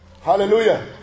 Hallelujah